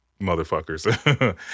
motherfuckers